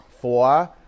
four